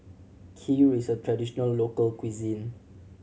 Kheer is a traditional local cuisine